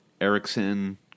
Erickson